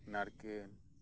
ᱱᱟᱨᱠᱮᱞ